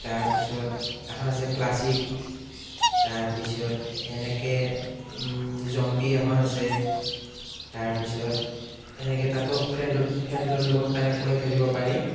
তাৰ পিছত এখন আছে ক্লাচিক তাৰ পিছত সেনেকে জম্বি এখন আছে তাৰ পিছত সেনেকে তাতো ফ্ৰেণ্ডত ফ্ৰেণ্ডৰ লগত কানেক্ট কৰি খেলিব পাৰি